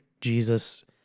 Jesus